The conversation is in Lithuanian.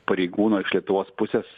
pareigūno iš lietuvos pusės